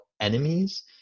enemies